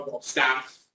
staff